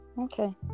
Okay